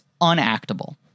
unactable